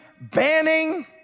banning